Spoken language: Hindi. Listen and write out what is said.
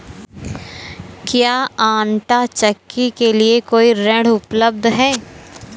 क्या आंटा चक्की के लिए कोई ऋण उपलब्ध है?